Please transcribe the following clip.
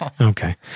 Okay